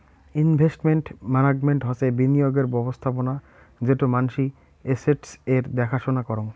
investment management হসে বিনিয়োগের ব্যবস্থাপোনা যেটো মানসি এস্সেটস এর দ্যাখা সোনা করাং